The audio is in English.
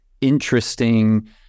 interesting